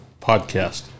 podcast